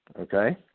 okay